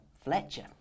Fletcher